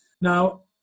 Now